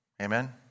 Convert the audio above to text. Amen